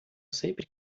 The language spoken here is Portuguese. sempre